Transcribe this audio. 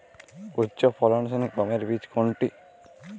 উচ্চফলনশীল গমের বীজ কোনটি?